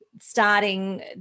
starting